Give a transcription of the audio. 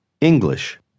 English